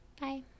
bye